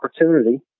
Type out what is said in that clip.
opportunity